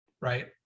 Right